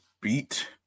beat